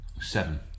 Seven